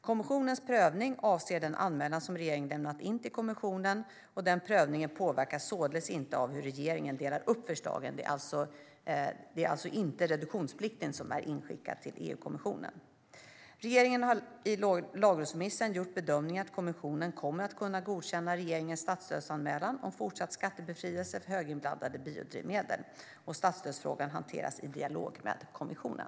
Kommissionens prövning avser den anmälan som regeringen lämnat in till kommissionen, och den prövningen påverkas således inte av hur regeringen delar upp förslagen. Det är alltså inte reduktionsplikten som är inskickad till EU-kommissionen. Regeringen har i lagrådsremissen gjort bedömningen att kommissionen kommer att kunna godkänna regeringens statsstödsanmälan om fortsatt skattebefrielse för höginblandade biodrivmedel. Statsstödsfrågan hanteras i dialog med kommissionen.